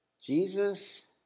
Jesus